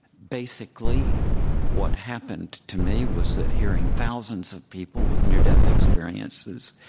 basically what happened to me was that hearing thousands of people with near-death experiences,